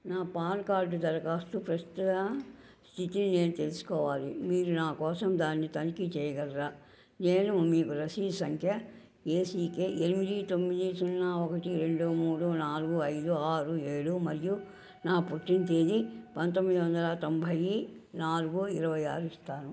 నా PAN card దరఖాస్తు ప్రస్తుత స్థితిని నేను తెలుసుకోవాలి మీరు నా కోసం దాన్ని తనిఖీ చెయ్యగలరా నేను మీకు రసీదు సంఖ్య ఏసికె ఎనిమిది తొమ్మిది సున్నా ఒకటి రెండు మూడు నాలుగు ఐదు ఆరు ఏడు మరియు నా పుట్టిన తేదీ పందొమ్మిది వందల తొంభై నాలుగు ఇరవై ఆరు ఇస్తాను